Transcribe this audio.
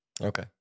okay